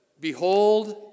Behold